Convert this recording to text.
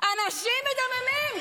אנשים מדממים.